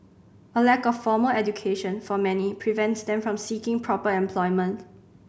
a lack of formal education for many prevents them from seeking proper employment